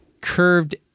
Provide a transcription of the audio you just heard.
curved